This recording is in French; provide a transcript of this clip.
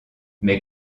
mais